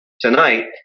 tonight